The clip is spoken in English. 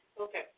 Okay